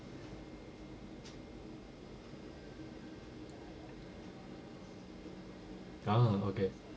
ah okay